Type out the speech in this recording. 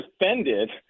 defended